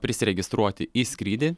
prisiregistruoti į skrydį